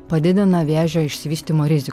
padidina vėžio išsivystymo rizi